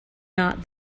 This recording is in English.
not